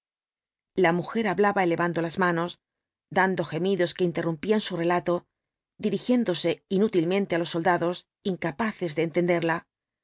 la mujer hablaba elevando las manos dando gemidos que interrumpían su relato dirigiéndose inútilmente á los soldados incapaces de entenderla